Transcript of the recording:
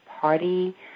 party